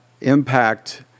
impact